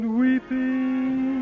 weeping